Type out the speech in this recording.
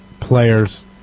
players